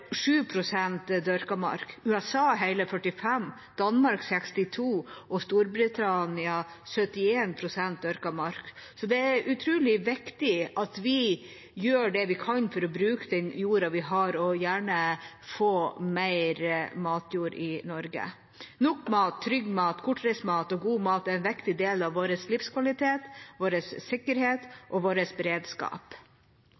dyrket mark. USA har hele 45 pst., Danmark 62 pst. og Storbritannia 71 pst. dyrket mark. Så det er utrolig viktig at vi gjør det vi kan for å bruke den jorda vi har, og gjerne få mer matjord i Norge. Nok mat, trygg mat, kortreist mat og god mat er en viktig del av vår livskvalitet, vår